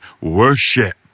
worship